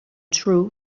true